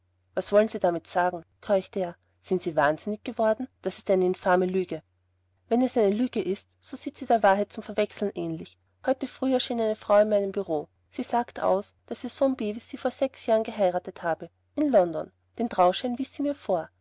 was wollen sie damit sagen keuchte er sind sie wahnsinnig geworden das ist eine infame lüge wenn es eine lüge ist so sieht sie der wahrheit zum verwechseln ähnlich heute früh erschien eine frau auf meinem bureau sie sagt aus daß ihr sohn bevis sie vor sechs jahren geheiratet habe in london den trauschein wies sie mir vor